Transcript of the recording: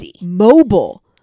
mobile